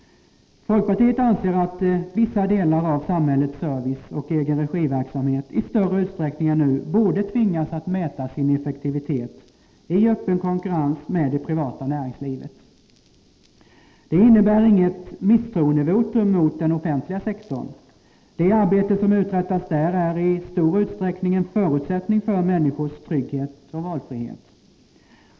Folkpartiet anser att vissa delar av samhällets serviceoch egenregiverksamhet i större utsträckning än nu borde tvingas att mäta sin effektivitet i öppen konkurrens med det privata näringslivet. Det innebär inget misstroendevotum mot den offentliga sektorn. Det arbete som uträttas där är i stor utsträckning en förutsättning för människors trygghet och valfrihet.